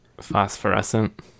Phosphorescent